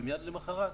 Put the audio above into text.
ומיד למחרת,